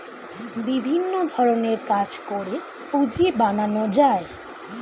বিভিন্ন ধরণের কাজ করে পুঁজি বানানো যায়